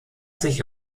sich